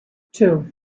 two